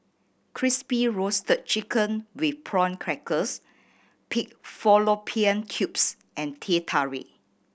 Crispy Roasted Chicken with Prawn Crackers pig fallopian tubes and Teh Tarik